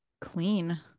clean